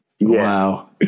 wow